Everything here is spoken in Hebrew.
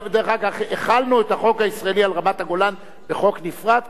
החלנו את החוק הישראלי על רמת-הגולן בחוק נפרד.